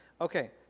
okay